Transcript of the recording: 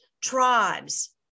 tribes